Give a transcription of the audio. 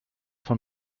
von